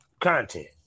content